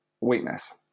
weakness